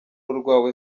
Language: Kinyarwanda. urwawe